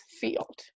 field